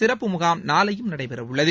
சிறப்புமுகாம் நாளையும் நடைபெறவுள்ளது